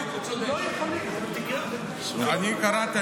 לא יכולים, אני קראתי.